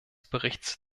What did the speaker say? berichts